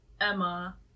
Emma